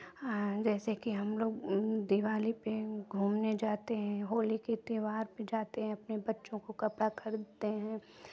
और जैसे कि हमलोग दिवाली पे घूमने जाते हैं होली के त्योहार पे जाते हैं अपने बच्चों को कपड़ा खरीदते हैं